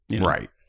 right